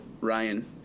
Ryan